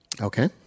Okay